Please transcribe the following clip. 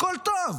הכול טוב.